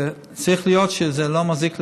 צריך להיות שזה לא מזיק לציבור,